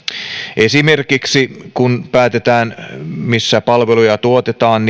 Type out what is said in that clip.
esimerkiksi kun päätetään missä palveluja tuotetaan